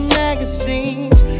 magazines